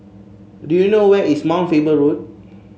do you know where is Mount Faber Road